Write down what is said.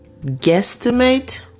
guesstimate